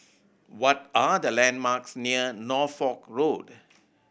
what are the landmarks near Norfolk Road